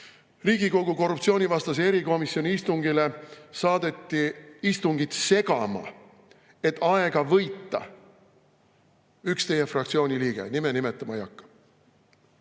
Riigikogu korruptsioonivastase erikomisjoni istungile saadeti istungit segama, et aega võita, üks teie fraktsiooni liige. Ma nime nimetama ei hakka.